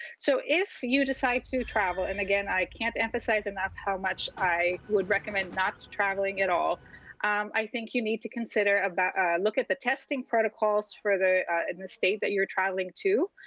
so, if you decide to travel and, again, i can't emphasize enough how much i would recommend not traveling at all i think you need to consider about look at the testing protocols for the in the state that you're traveling to.